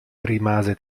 rimase